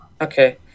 Okay